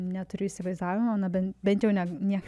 neturiu įsivaizdavimo na bent bentjau ne niek